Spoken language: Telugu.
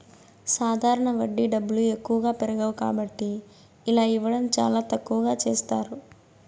సాధారణ వడ్డీ డబ్బులు ఎక్కువగా పెరగవు కాబట్టి ఇలా ఇవ్వడం చాలా తక్కువగా చేస్తారు